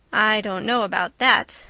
i don't know about that,